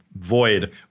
void